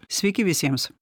sveiki visiems